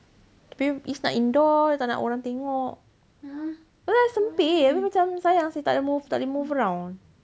tapi izz nak indoor dia tak nak orang tengok